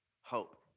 hope